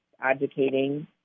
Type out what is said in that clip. advocating